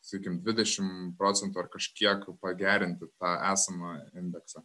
sakykim dvidešimt procentų ar kažkiek pagerinti tą esamą indeksą